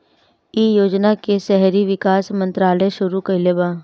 इ योजना के शहरी विकास मंत्रालय शुरू कईले बा